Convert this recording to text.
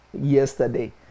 yesterday